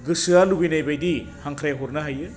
गोसोआ लुगैनाय बायदि हांख्रायहरनो हायो